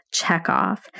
checkoff